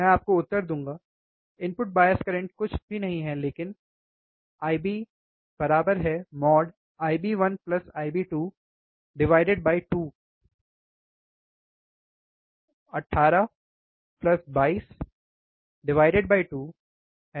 मैं आपको उत्तर दूँगा इनपुट बायस करंट कुछ भी नहीं है लेकिन IB mod IB1 IB2 2 18 22 2 है